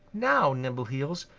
now, nimbleheels,